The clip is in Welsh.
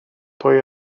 pwy